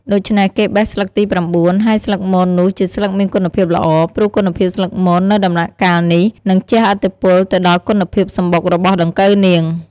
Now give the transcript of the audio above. ដូច្នេះគេបេះស្លឹកទី៩ ហើយស្លឹកមននោះជាស្លឹកមានគុណភាពល្អ ព្រោះគុណភាពស្លឹកមននៅដំណាក់កាលនេះ នឹងជះឥទ្ធិពលទៅដល់គុណភាពសំបុករបស់ដង្កូវនាង។